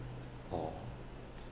oh